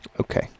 Okay